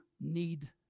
need